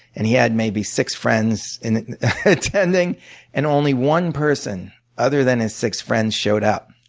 and he had maybe six friends and attending and only one person other than his six friends showed up.